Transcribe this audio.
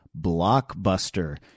Blockbuster